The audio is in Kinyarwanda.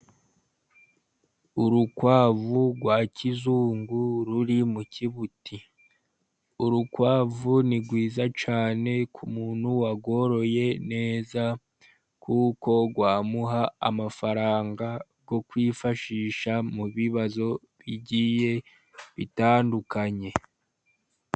Urukwavu rwa kizungu ruri mu kibuti. Urukwavu ni rwiza cyane ku muntu warworoye neza ,kuko rwamuha amafaranga yo kwifashisha mu bibazo bugiye bitandukanye.